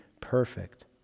perfect